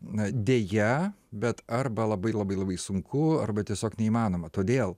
na deja bet arba labai labai labai sunku arba tiesiog neįmanoma todėl